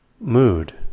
mood